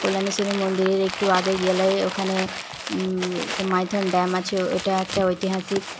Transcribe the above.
কল্যাণেশ্বরী মন্দিরের একটু আগে গেলেই ওইখানে মাইথন ড্যাম আছে ওইটা একটা ঐতিহাসিক